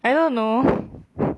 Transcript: I don't know